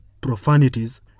profanities